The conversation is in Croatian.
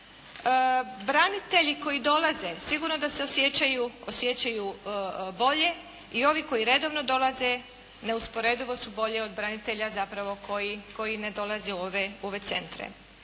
Branitelji koji dolaze sigurno da se osjećaju bolje i ovi koji redovno dolaze neusporedivo su bolji od branitelja zapravo koji ne dolaze u ove centre.